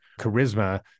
charisma